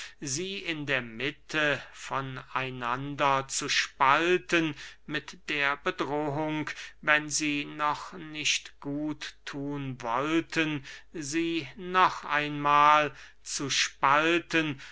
sie in der mitte von einander zu spalten mit der bedrohung wenn sie noch nicht gut thun wollten sie noch einmahl zu spalten